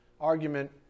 argument